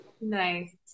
Nice